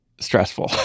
stressful